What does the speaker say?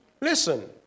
listen